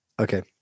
okay